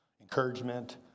encouragement